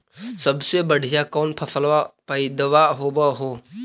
सबसे बढ़िया कौन फसलबा पइदबा होब हो?